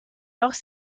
hors